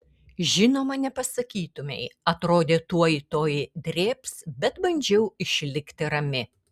žinoma nepasakytumei atrodė tuoj tuoj drėbs bet bandžiau išlikti rami